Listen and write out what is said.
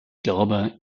glaube